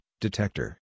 Detector